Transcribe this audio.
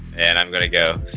and i'm gonna go